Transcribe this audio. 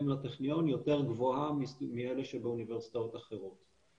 לטכניון יותר גבוהה מאלה שבאוניברסיטאות אחרות.